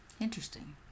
Interesting